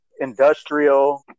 industrial